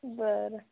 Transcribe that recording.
बरं